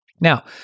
Now